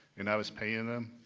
and i was paying them.